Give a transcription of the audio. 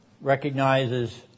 recognizes